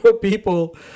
people